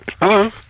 Hello